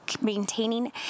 maintaining